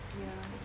ya